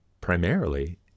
primarily